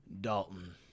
Dalton